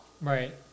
Right